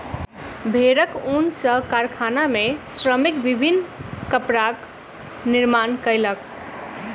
भेड़क ऊन सॅ कारखाना में श्रमिक विभिन्न कपड़ाक निर्माण कयलक